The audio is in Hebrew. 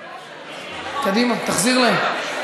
קדימה, תחזיר להם.